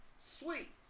sweet